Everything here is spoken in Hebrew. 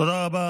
תודה רבה.